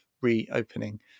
reopening